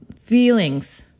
Feelings